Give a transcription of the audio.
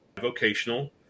vocational